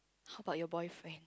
how about your boyfriend